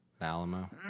Alamo